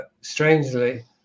strangely